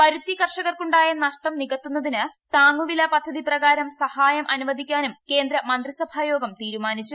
പരുത്തി കർഷകർക്ക് ഉണ്ടായ നഷ്ടം നികത്തുന്നതിന് താങ്ങുവില പദ്ധതി പ്രകാരം സഹായം അനുവദിക്കാനും കേന്ദ്ര മന്ത്രിസഭായോഗം തീരുമാനിച്ചു